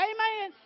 Amen